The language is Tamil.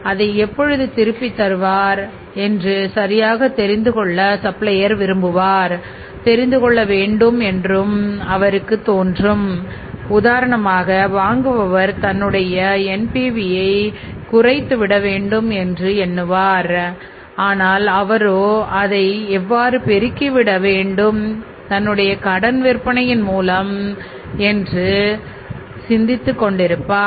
அதை எப்பொழுது திருப்பி தருவார் என்று சரியாகத் தெரிந்து கொள்ள வேண்டும்என்றுசப்ளையர் விரும்புவார் உதாரணமாக வாங்குபவர் தன்னுடைய என்பிவி குறைந்து விட வேண்டும் என்று எண்ணுவார் ஆனால் அவரோ அதை எவ்வாறு பெருக்கி விடவேண்டும் என்று சிந்திப்பார்